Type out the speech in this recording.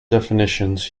definitions